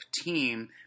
team